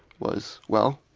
was well,